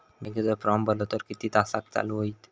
बँकेचो फार्म भरलो तर किती तासाक चालू होईत?